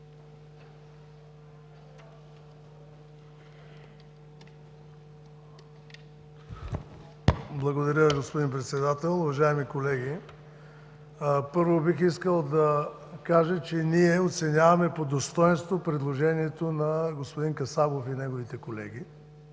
Благодаря, господин Председател. Уважаеми колеги, първо, бих искал да кажа, че ние оценяваме по достойнство предложението на господин Касабов и неговите колеги,